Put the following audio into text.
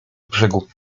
brzegu